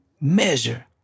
measure